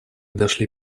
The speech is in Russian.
дошли